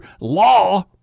law